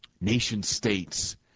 nation-states